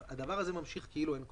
הדבר הזה ממשיך כאילו אין קורונה.